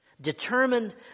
determined